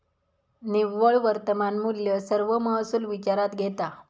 निव्वळ वर्तमान मुल्य सर्व महसुल विचारात घेता